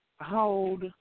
hold